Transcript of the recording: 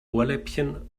ohrläppchen